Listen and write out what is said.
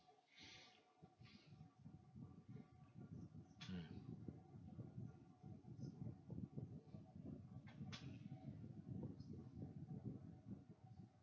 mm